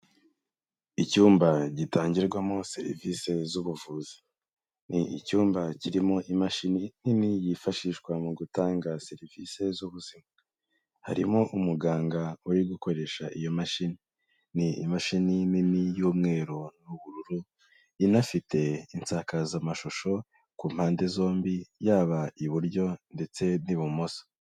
Icyumba gitangirwamo serivisi z'ubuvuzi. Ni icyumba kirimo imashini nini yifashishwa mu gutanga serivisi z'ubuzima. Harimo umuganga uri gukoresha iyo mashini, imashini nini y'umweru n'ubururu inafite insakazamashusho ku mpande zombi yaba iburyo ndetse n'ibumoso.